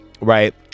right